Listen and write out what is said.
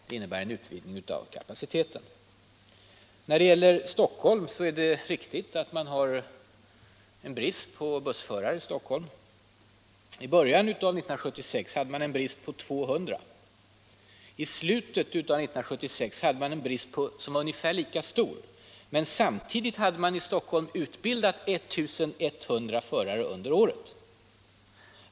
Det innebär en utvidgning av kapaciteten. När det gäller Stockholm är det riktigt att man där har en brist på bussförare. I början av 1976 hade man en brist på 200 sådana. I slutet av 1976 hade man en ungefär lika stor brist, men samtidigt hade man i Stockholm utbildat 1 100 förare under året.